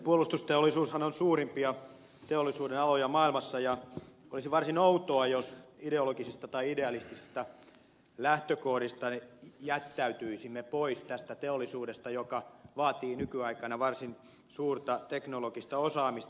puolustusteollisuushan on suurimpia teollisuudenaloja maailmassa ja olisi varsin outoa jos ideologisista tai idealistisista lähtökohdista me jättäytyisimme pois tästä teollisuudesta joka vaatii nykyaikana varsin suurta teknologista osaamista